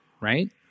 Right